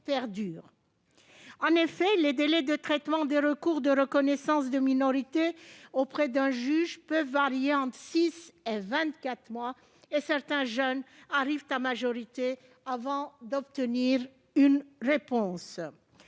En effet, les délais de traitement des recours de reconnaissance de minorité auprès d'un juge peuvent varier de six à vingt-quatre mois, et certains jeunes arrivent à majorité avant d'obtenir une réponse.